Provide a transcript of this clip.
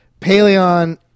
Paleon